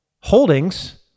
holdings